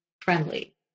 friendly